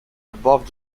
above